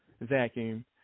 vacuum